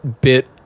bit